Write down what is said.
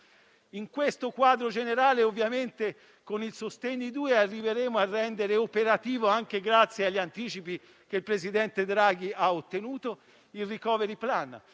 In questo quadro generale, con il decreto-legge sostegni 2 arriveremo a rendere operativo - anche grazie agli anticipi che il presidente Draghi ha ottenuto - il *recovery plan*.